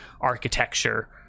architecture